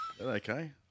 Okay